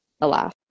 alas